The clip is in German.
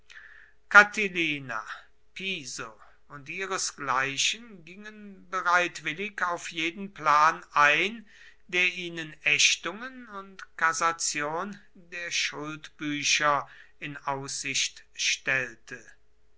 catilina piso und ihresgleichen gingen bereitwillig auf jeden plan ein der ihnen ächtungen und kassation der schuldbücher in aussicht stellte